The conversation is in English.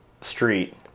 street